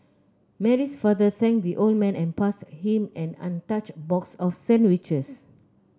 Mary's father thanked the old man and passed him an untouched box of sandwiches